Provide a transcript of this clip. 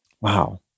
wow